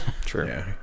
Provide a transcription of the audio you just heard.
true